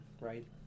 right